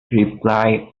replied